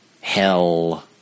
hell